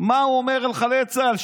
מה הוא אומר על חיילי צה"ל?